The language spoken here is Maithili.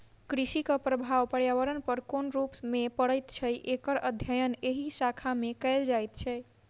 कृषिक प्रभाव पर्यावरण पर कोन रूप मे पड़ैत छै, एकर अध्ययन एहि शाखा मे कयल जाइत छै